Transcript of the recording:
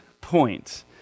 point